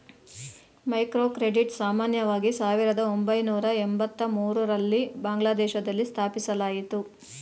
microcredit ಸಾಮಾನ್ಯವಾಗಿ ಸಾವಿರದ ಒಂಬೈನೂರ ಎಂಬತ್ತಮೂರು ರಲ್ಲಿ ಬಾಂಗ್ಲಾದೇಶದಲ್ಲಿ ಸ್ಥಾಪಿಸಲಾಯಿತು